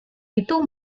itu